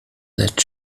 that